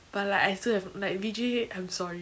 but like I still haven't like vijay I'm sorry